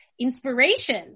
inspiration